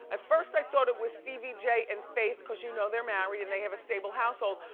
at first, i thought it was stevie j and faith, cause you know, they're married and they have a stable household.